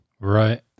Right